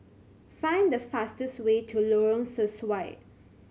find the fastest way to Lorong Sesuai